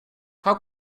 how